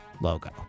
logo